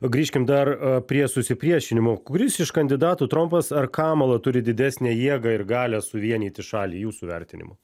grįžkim dar prie susipriešinimo kuris iš kandidatų trampas ar kamala turi didesnę jėgą ir galią suvienyti šalį jūsų vertinimu